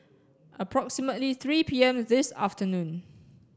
approximately three P M this afternoon